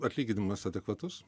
atlyginimas adekvatus